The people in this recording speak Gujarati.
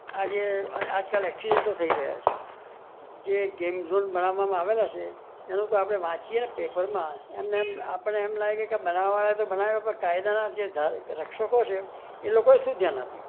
આ જે આજકાલ એક્સસીડન્ટો થઇ રહ્યા છે જે ગેમઝોન બનાવવામાં આવેલા છે એનું તો આપણે વાંચીએ ને પેપરમાં એમ ને એમ આપણને એમ લાગે કે બનાવવાવાળાએ તો બનાવ્યા કાયદાના જે રક્ષકો છે એ લોકોએ શું ધ્યાન આપ્યું